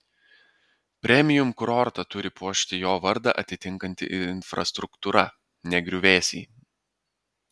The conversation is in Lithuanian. premium kurortą turi puošti jo vardą atitinkanti infrastruktūra ne griuvėsiai